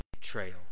trail